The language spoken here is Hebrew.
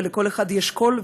ולכל אחד יש קול,